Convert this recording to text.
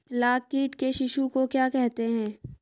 लाख कीट के शिशु को क्या कहते हैं?